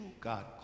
God